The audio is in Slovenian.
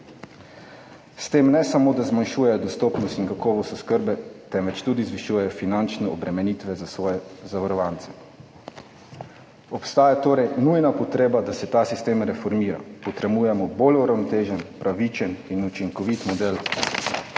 S tem ne samo, da zmanjšujejo dostopnost in kakovost oskrbe, temveč tudi zvišujejo finančne obremenitve za svoje zavarovance. Obstaja torej nujna potreba, da se ta sistem reformira. Potrebujemo bolj uravnotežen, pravičen in učinkovit model